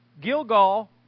Gilgal